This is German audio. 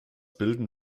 bilden